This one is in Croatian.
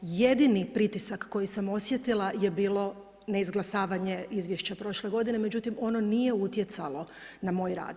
Jedini pritisak koji sam osjetila je bilo neizglasavanje izvješća prošle godine, međutim ono nije utjecalo na moj rad.